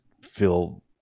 feel